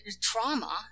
trauma